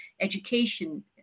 education